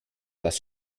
das